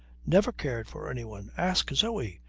never cared for anyone. ask zoe.